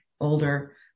older